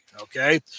Okay